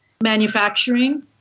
manufacturing